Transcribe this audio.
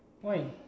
why